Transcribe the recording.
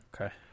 Okay